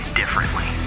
differently